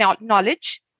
knowledge